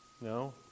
No